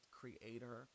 creator